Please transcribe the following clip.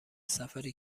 سفری